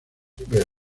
river